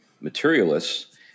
materialists